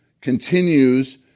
continues